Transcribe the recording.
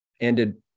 ended